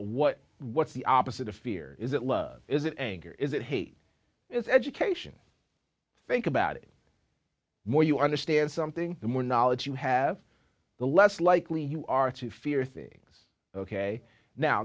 what what's the opposite of fear is it love is it anger is it hate is education think about it more you understand something the more knowledge you have the less likely you are to fear things ok now